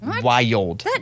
Wild